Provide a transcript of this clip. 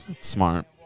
Smart